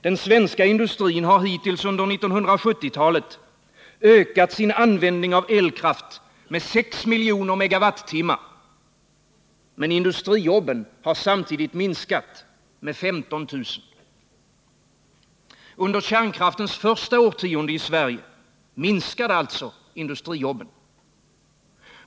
Den svenska industrin har hittills under 1970-talet ökat sin användning av elkraft med 6 miljoner MWh.Industrijobben har samtidigt minskat med 15 000. Under kärnkraftens första årtionde i Sverige minskade alltså industrijobben.